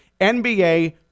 NBA